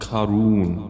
Karun